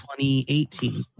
2018